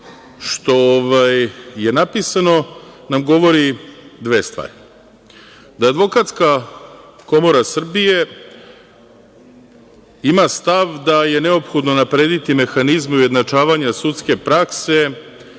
što je napisano, nam govori dve stvari: da Advokatska komora Srbije ima stav da je neophodno unaprediti mehanizme ujednačavanja sudske prakse